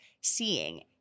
seeing